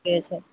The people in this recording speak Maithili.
जे छै